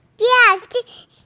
Yes